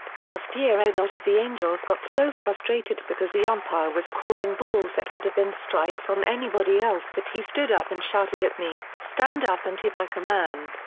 last year ed ott of the angels got so frustrated because the umpire was calling balls that would've been strikes on anybody else that he stood up and shouted at me, stand up and hit like a man.